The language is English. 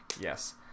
Yes